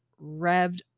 revved